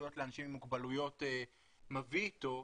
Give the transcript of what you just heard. זכויות לאנשים עם מוגבלויות מביא איתו,